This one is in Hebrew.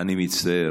אני מצטער.